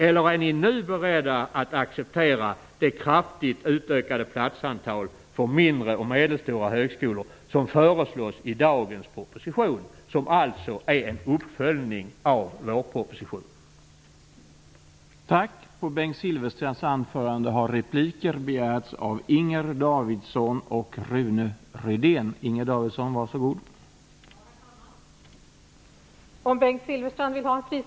Eller är de nu beredda att acceptera det kraftigt utökade platsantal för mindre och medelstora högskolor som föreslås i dagens proposition, som alltså är en uppföljning av vårpropositionen?